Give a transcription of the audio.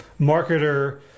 marketer